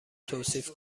توصیف